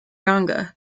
ganga